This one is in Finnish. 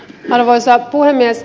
arvoisa puhemies